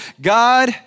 God